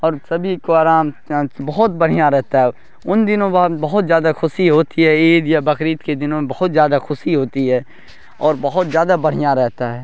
اور سبھی کو آرام بہت بڑھیا رہتا ہے ان دنوں بہت بہت زیادہ خوشی ہوتی ہے عید یا بقر عید کے دنوں میں بہت زیادہ خوشی ہوتی ہے اور بہت زیادہ بڑھیا رہتا ہے